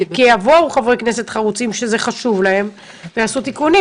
יבואו חברי כנסת חרוצים שזה חשוב להם ויעשו תיקונים.